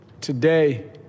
Today